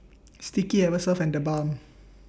Sticky Eversoft and TheBalm